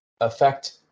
affect